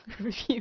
review